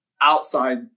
outside